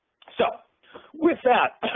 so with that,